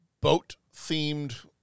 boat-themed